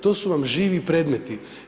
To su vam živi predmeti.